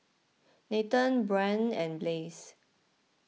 Nathen Brynn and Blaze